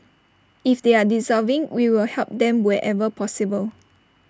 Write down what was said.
if they are deserving we will help them wherever possible